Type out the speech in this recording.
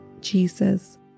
Jesus